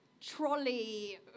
trolley